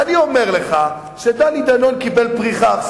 ואני אומר לך שדני דנון קיבל פריחה עכשיו,